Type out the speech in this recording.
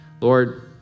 Lord